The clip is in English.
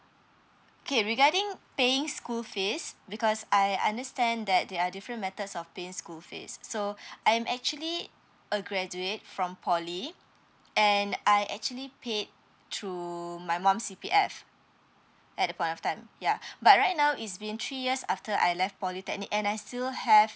okay regarding paying school fees because I understand that there are different methods of paying school fee so I'm actually a graduate from poly and I actually paid through my mum C_P_F at the point of time yeah but right now it's been three years after I left polytechnic and I still have